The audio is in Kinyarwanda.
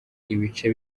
ibice